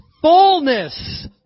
fullness